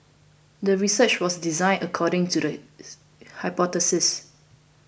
the research was designed according to the hypothesis